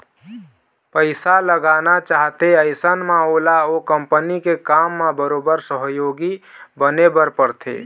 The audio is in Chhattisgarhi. पइसा लगाना चाहथे अइसन म ओला ओ कंपनी के काम म बरोबर सहयोगी बने बर परथे